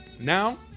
Now